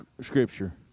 scripture